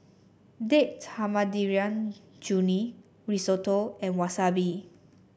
Date Tamarind Chutney Risotto and Wasabi